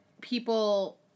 people